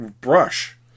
brush